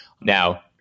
Now